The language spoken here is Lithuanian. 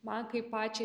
man kaip pačiai